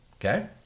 Okay